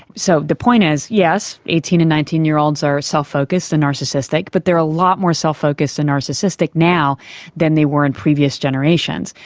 so the point is, yes, eighteen and nineteen year olds are self-focused and narcissistic, but they are a lot more self-focused and narcissistic now than they were in previous generations.